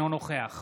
אינו נוכח